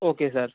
okay sir